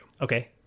Okay